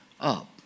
up